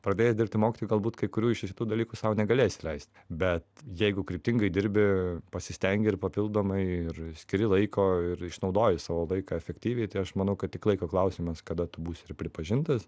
pradėję dirbti mokytoju galbūt kai kurių iš šitų dalykų sau negalėsi leist bet jeigu kryptingai dirbi pasistengi ir papildomai ir skiri laiko ir išnaudoji savo laiką efektyviai tai aš manau kad tik laiko klausimas kada tu būsi ir pripažintas